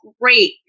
great